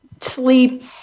sleep